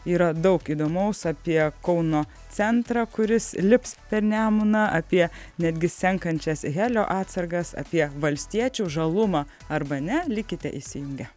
yra daug įdomaus apie kauno centrą kuris lips per nemuną apie netgi senkančias helio atsargas apie valstiečių žalumą arba ne likite įsijungę